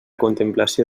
contemplació